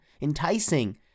enticing